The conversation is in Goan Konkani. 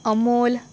अमोल